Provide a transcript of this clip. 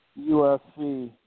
USC